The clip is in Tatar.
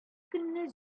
көнне